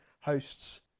hosts